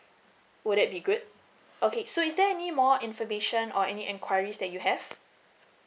would that be good okay so is there any more information or any enquiries that you have